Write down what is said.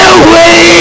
away